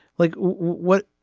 like what?